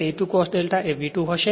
E 2 cos δ એ V2 હશે